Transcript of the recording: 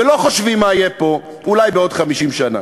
ולא חושבים מה יהיה פה אולי בעוד 50 שנה.